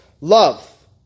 love